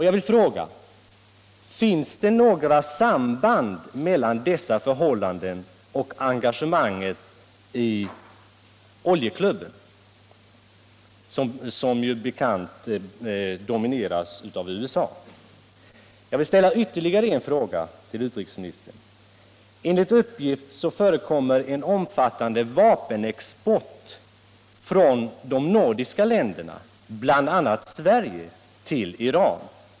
Jag vill fråga utrikesministern: Finns det några samband mellan dessa förhållanden och engagemanget i oljeklubben, vilken som bekant domineras av USA? Enligt uppgift förekommer en omfattande vapenexport från de nordiska länderna, bl.a. Sverige, till Iran.